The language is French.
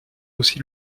aussi